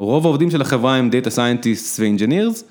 רוב העובדים של החברה הם Data Scientists ו-Engineers.